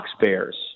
Bears